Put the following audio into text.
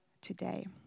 today